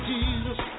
Jesus